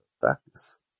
practice